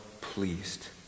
pleased